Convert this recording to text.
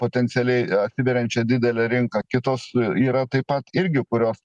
potencialiai atsiveriančią didelę rinką kitos yra taip pat irgi kurios